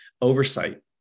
oversight